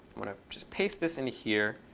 want to just paste this in here,